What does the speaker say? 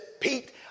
Pete